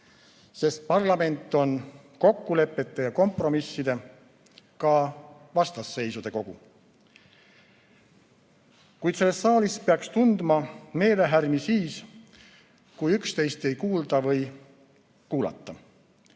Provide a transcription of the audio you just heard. Sest parlament on kokkulepete ja kompromisside, ka vastasseisude kogu. Kuid selles saalis peaks tundma meelehärmi siis, kui üksteist ei kuulda või ei kuulata,